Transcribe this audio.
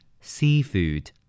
Seafood